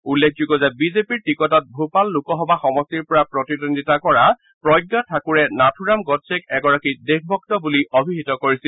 উল্লেখযোগ্য যে বিজেপিৰ টিকটত ভূপাল লোকসভা সমষ্টিৰ পৰা প্ৰতিদ্বন্দ্বিতা কৰা প্ৰজ্ঞা ঠাকুৰে নাথুৰাম গডছেক এগৰাকী দেশভক্ত বুলি অভিহিত কৰিছিল